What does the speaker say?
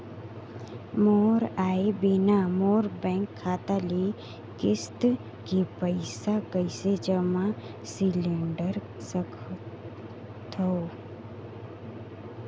मोर आय बिना मोर बैंक खाता ले किस्त के पईसा कइसे जमा सिलेंडर सकथव?